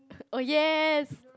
oh yes